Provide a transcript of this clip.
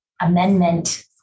amendment